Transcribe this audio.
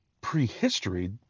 prehistory